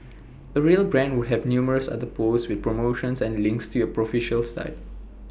A real brand would have numerous other posts with promotions and links to your official site